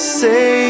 say